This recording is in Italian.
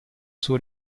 suo